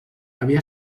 havia